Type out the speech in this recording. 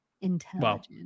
Intelligent